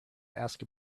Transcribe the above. ask